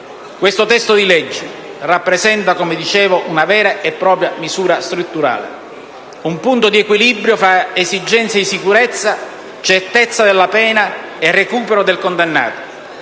Questo provvedimento rappresenta, come dicevo, una vera e propria misura strutturale, un punto di equilibrio tra esigenze di sicurezza, certezza della pena e recupero del condannato;